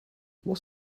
was